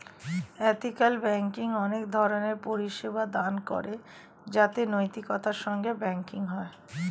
ethical banking অনেক ধরণের পরিষেবা দান করে যাতে নৈতিকতার সঙ্গে ব্যাঙ্কিং হয়